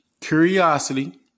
curiosity